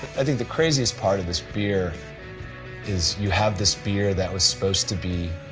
i think the craziest part of this beer is you have this beer that was supposed to be